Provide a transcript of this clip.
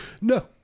No